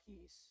peace